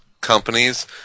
companies